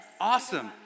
Awesome